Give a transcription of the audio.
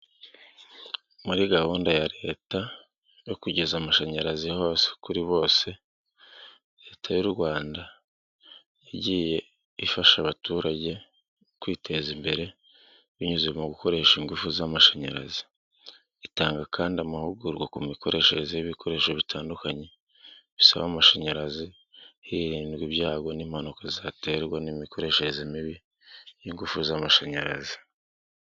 Muri gahunda ya leta yo kugeza amashanyarazi hose kuri bose leta y'u Rwanda yagiye ifasha abaturage kwiteza imbere binyuze mu gukoresha ingufu z'amashanyarazi itanga kandi amahugurwa ku mikoreshereze y'ibikoresho bitandukanye bisaba amashanyarazi hirindwa ibyago n'impanuka zaterwa n'imikoreshereze mibi y'ingufu z'amashanyarazi.